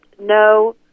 no